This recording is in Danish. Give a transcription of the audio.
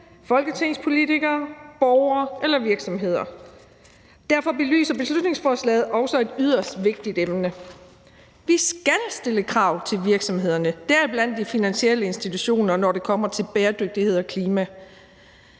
folketingspolitikere, borgere eller virksomheder. Derfor belyser beslutningsforslaget også et yderst vigtigt emne. Vi skal stille krav til virksomhederne, deriblandt de finansielle institutioner, når det kommer til bæredygtighed og klima.